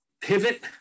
pivot